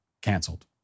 Canceled